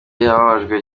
yababajwe